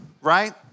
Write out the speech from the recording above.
right